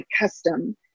custom